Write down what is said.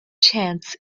chance